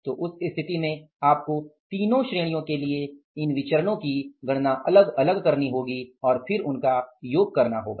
तो उस स्थिति में आपको तीनों श्रेणियों के लिए इन विचरणो की अलग अलग गणना करनी होगी और उनका योग करना होगा